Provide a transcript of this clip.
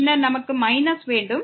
பின்னர் நம்மிடம் மைனஸ் இருக்கிறது